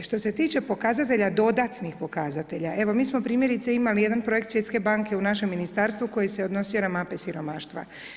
Što se tiče pokazatelja, dodatnih pokazatelja evo mi smo primjerice imali jedan projekt Svjetske banke u našem ministarstvu koji se odnosio na mape siromaštva.